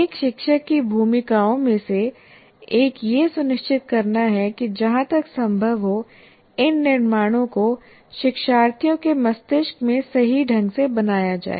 एक शिक्षक की भूमिकाओं में से एक यह सुनिश्चित करना है कि जहाँ तक संभव हो इन निर्माणों को शिक्षार्थियों के मस्तिष्क में सही ढंग से बनाया जाए